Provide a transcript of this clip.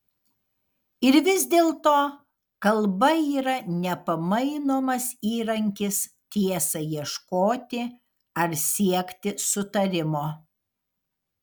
ir vis dėlto kalba yra nepamainomas įrankis tiesai ieškoti ar siekti sutarimo